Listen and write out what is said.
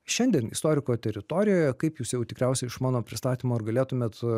šiandien istoriko teritorijoje kaip jūs jau tikriausiai iš mano pristatymo ar galėtumėt